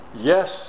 yes